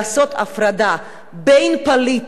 לעשות הפרדה בין פליט